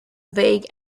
vague